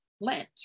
Lent